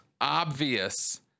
obvious